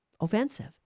offensive